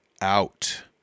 out